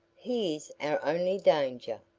he is our only danger.